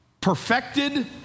perfected